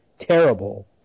terrible